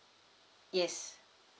yes